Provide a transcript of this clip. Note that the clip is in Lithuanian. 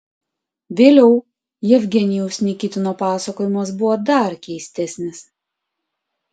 vėliau jevgenijaus nikitino pasakojimas buvo dar keistesnis